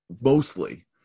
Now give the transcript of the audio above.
mostly